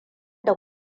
da